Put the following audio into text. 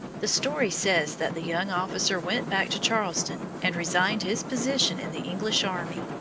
the story says that the young officer went back to charleston and resigned his position in the english army,